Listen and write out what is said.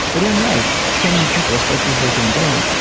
but in life, so many people, especially as they're getting going,